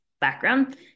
background